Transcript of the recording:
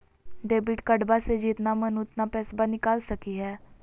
Debit कार्डबा से जितना मन उतना पेसबा निकाल सकी हय?